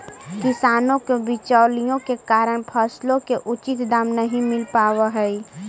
किसानों को बिचौलियों के कारण फसलों के उचित दाम नहीं मिल पावअ हई